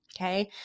okay